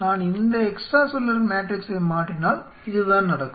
நான் இந்த extra cellular மேட்ரிக்ஸை மாற்றினால் இதுதான் நடக்கும்